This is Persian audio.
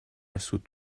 سود